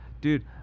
dude